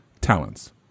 talents